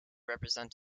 represent